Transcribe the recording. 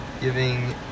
giving